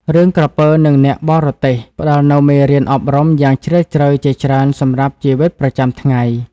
រឿង "ក្រពើនឹងអ្នកបរទេះ" ផ្តល់នូវមេរៀនអប់រំយ៉ាងជ្រាលជ្រៅជាច្រើនសម្រាប់ជីវិតប្រចាំថ្ងៃ។